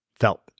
felt